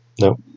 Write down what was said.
no